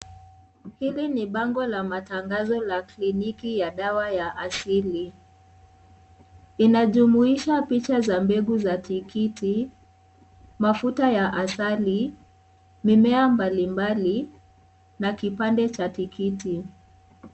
Hili ni bango la matangazo la kliniki ya dawa ya asili. Inajumuisha picha za mbegu za tikitiki, mafuta ya asali, mimea mbalimbali na kipande cha tikitiki.